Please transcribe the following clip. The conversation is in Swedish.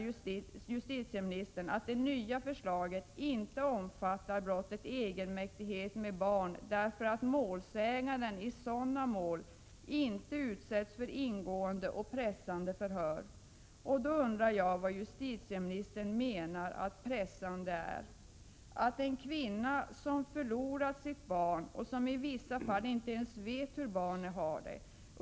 Justitieministern menar att det nya förslaget inte omfattar brottet egenmäktighet med barn, eftersom målsägande i sådana mål inte utsätts för ingående och pressande förhör. Jag undrar då vad justitieministern menar med pressande. En kvinna förlorar sitt barn och vet i vissa fall inte ens hur barnet har det.